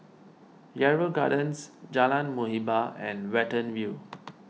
Yarrow Gardens Jalan Muhibbah and Watten View